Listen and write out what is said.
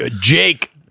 jake